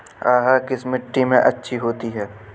अरहर किस मिट्टी में अच्छी होती है?